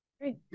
Great